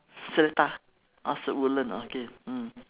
seletar oh so woodland okay mm